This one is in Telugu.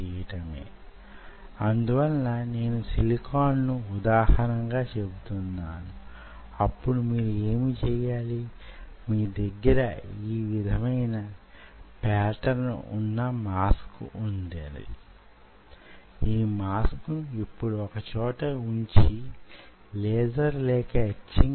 మి దగ్గర వున్న మాస్క్ ను తీసుకొని దాని ఉపరితలాన్ని ఏ విధమైన కాంటిలివర్ నిర్మాణం మీకవసరమో దానికి అనుగుణంగా అంత మందంగా ఎచ్ చేయండి